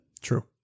True